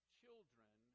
children